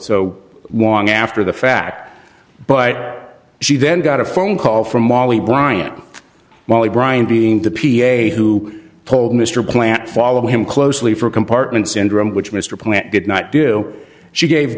so one after the fact but she then got a phone call from wally bryant molly bryant being the p a who told mr plant follow him closely for compartment syndrome which mr plant did not do she gave